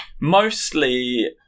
mostly